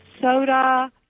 soda